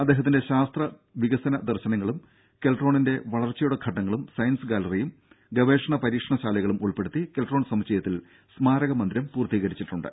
അദ്ദേഹത്തിന്റെ ശാസ്ത്ര വികസന ദർശനങ്ങളും കെൽട്രോണിന്റെ വളർച്ചയുടെ ഘട്ടങ്ങളും സയൻസ് ഗാലറിയും ഗവേഷണ പരീക്ഷണ ശാലകളും ഉൾപ്പെടുത്തി കെൽട്രോൺ സമുച്ചയത്തിൽ സ്മാരക മന്ദിരം പൂർത്തീകരിച്ചിട്ടുണ്ട്